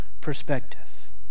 perspective